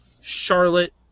Charlotte